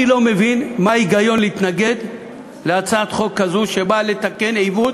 אני לא מבין מה ההיגיון להתנגד להצעת חוק כזאת שבאה לתקן עיוות